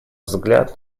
взгляд